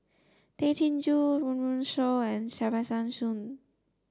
Tay Chin Joo Run Run Shaw and Kesavan Soon